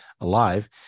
alive